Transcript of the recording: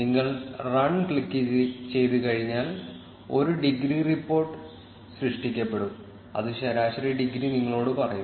നിങ്ങൾ run click ചെയ്തുകഴിഞ്ഞാൽ ഒരു ഡിഗ്രി റിപ്പോർട്ട് സൃഷ്ടിക്കപ്പെടും അത് ശരാശരി ഡിഗ്രി നിങ്ങളോട് പറയും